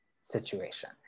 situation